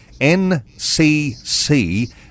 NCC